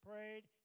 prayed